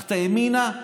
הלכת ימינה,